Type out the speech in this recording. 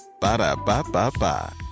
Ba-da-ba-ba-ba